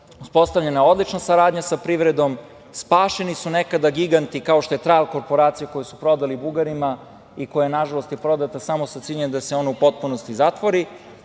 uspostavljena je odlična saradnja sa privredom, spašeni su nekada giganti, kao što je „Trajal korporacija“, koju su prodali Bugarima i koja je, nažalost, prodata samo sa ciljem da se ona u potpunosti zatvori.